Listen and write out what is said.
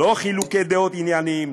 לא חילוקי דעות ענייניים,